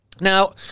Now